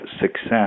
success